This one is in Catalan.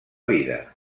vida